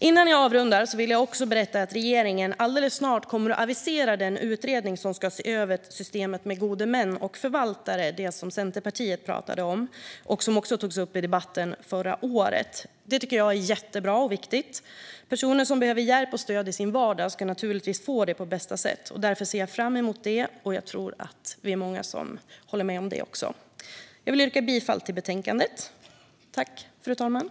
Innan jag avrundar vill jag berätta att regeringen alldeles snart kommer att avisera den utredning som ska se över systemet med gode män och förvaltare, alltså det som Centerpartiet talade om och som också togs upp i debatten förra året. Det här tycker jag är jättebra och viktigt. Personer som behöver hjälp och stöd i sin vardag ska naturligtvis få det på bästa sätt. Därför ser jag fram emot detta, och jag tror att många håller med mig om det här. Jag yrkar bifall till utskottets förslag i betänkandet.